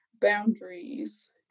boundaries